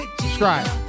Subscribe